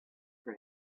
for